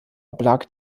oblag